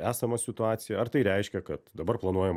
esamą situaciją ar tai reiškia kad dabar planuojama